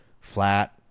flat